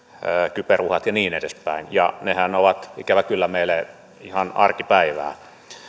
kyberuhat ja niin edespäin nehän ovat ikävä kyllä meille ihan arkipäivää